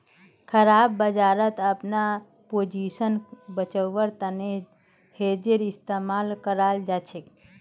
खराब बजारत अपनार पोजीशन बचव्वार तने हेजेर इस्तमाल कराल जाछेक